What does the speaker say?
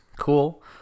cool